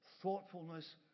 thoughtfulness